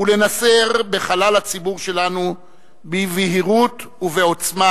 ולנסר בחלל הציבורי שלנו בבהירות ובעוצמה,